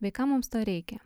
bei kam mums to reikia